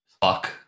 fuck